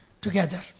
together